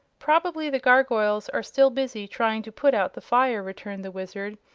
probably the gargoyles are still busy trying to put out the fire, returned the wizard.